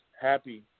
happy